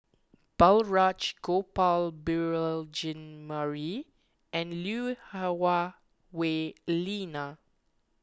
Balraj Gopal Beurel Jean Marie and Lui Hah Wah Elena